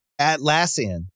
Atlassian